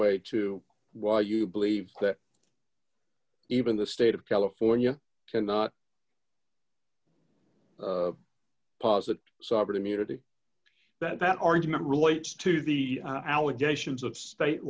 way to why you believe that even the state of california cannot posit sovereign immunity that that argument relates to the allegations of state